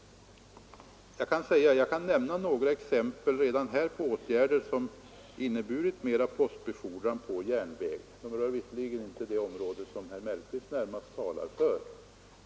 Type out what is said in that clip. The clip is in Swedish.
Jag kan redan här ge några exempel på åtgärder som inneburit mera postbefordran på järnväg. De rör visserligen inte det område som herr Mellqvist närmast talar för.